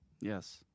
Yes